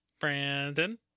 Brandon